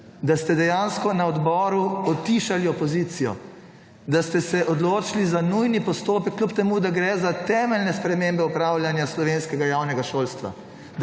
da ste dejansko na odboru utišalo opozicijo, da ste se odločili za nujni postopek kljub temu, da gre za temeljne spremembe upravljanja slovenskega javnega šolstva,